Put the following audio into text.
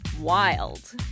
Wild